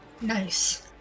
Nice